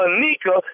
Anika